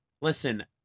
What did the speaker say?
listen